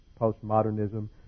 postmodernism